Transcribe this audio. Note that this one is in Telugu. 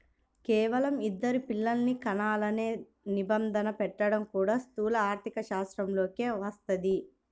కేవలం ఇద్దరు పిల్లలనే కనాలనే నిబంధన పెట్టడం కూడా స్థూల ఆర్థికశాస్త్రంలోకే వస్తది